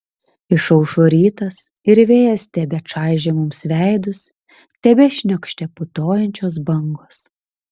išaušo rytas ir vėjas tebečaižė mums veidus tebešniokštė putojančios bangos